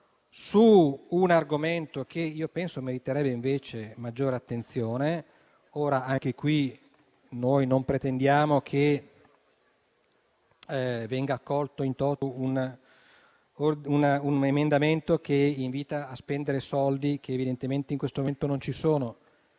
su un argomento che penso meriterebbe invece maggiore attenzione. Non pretendiamo che venga accolto *in toto* un emendamento che invita a spendere soldi che evidentemente in questo momento non ci sono.